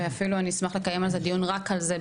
אני אפילו אשמח בהמשך לקיים דיון רק על זה.